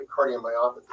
cardiomyopathy